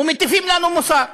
ומטיפים לנו מוסר.